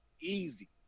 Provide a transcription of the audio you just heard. easy